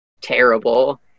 terrible